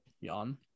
Yon